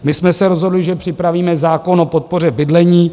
My jsme se rozhodli, že připravíme zákon o podpoře bydlení.